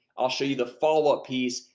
i'll show you the follow up piece.